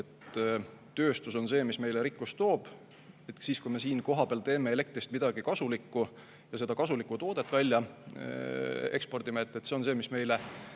tööstus on see, mis meile rikkust toob, ning et kui me siin kohapeal teeme elektrist midagi kasulikku ja seda kasulikku toodet ekspordime, siis see võib tuua meile